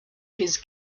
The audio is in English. his